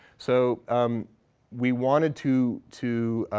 so we wanted to to